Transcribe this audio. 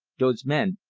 dose men,